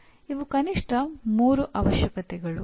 ಇವು ಕನಿಷ್ಠ ಮೂರು ಅವಶ್ಯಕತೆಗಳು